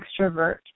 extrovert